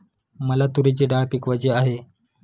मला तूरीची डाळ पिकवायची आहे